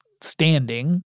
standing